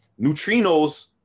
Neutrinos